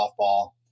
softball